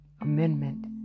Amendment